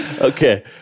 Okay